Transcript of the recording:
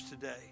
today